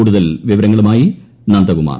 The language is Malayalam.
കൂടുതൽ വിവരങ്ങളുമായി നന്ദുകുമാർ